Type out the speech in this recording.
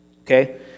okay